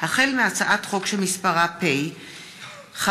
החל בהצעת חוק שמספרה פ/5452